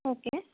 okay